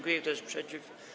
Kto jest przeciw?